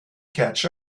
catch